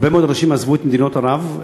הרבה מאוד אנשים עזבו את מדינות ערב,